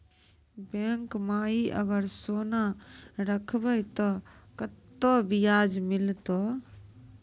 Bank माई अगर सोना राखबै ते कतो ब्याज मिलाते?